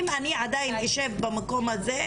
אם אני עדיין אשב במקום הזה,